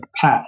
path